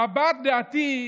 על הבעת דעתי,